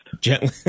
gently